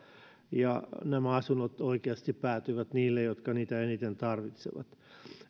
ja nämä asunnot oikeasti päätyvät niille jotka niitä eniten tarvitsevat